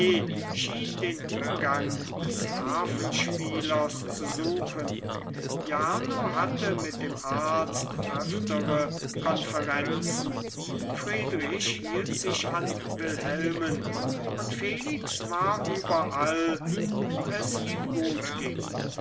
schien den umgang des harfenspielers zu suchen jarno hatte mit dem arzt öftere konferenzen friedrich hielt sich an wilhelmen und felix war überall wo es ihm gut ging